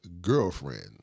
girlfriend